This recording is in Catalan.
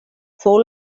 fou